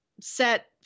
set